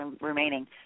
remaining